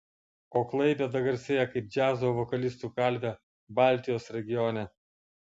o klaipėda garsėja kaip džiazo vokalistų kalvė baltijos regione